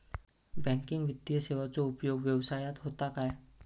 Banking वित्तीय सेवाचो उपयोग व्यवसायात होता काय?